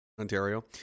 Ontario